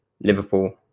Liverpool